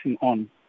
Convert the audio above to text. on